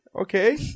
Okay